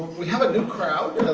we have a new crowd,